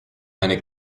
eine